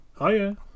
Hiya